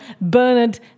Bernard